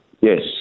Yes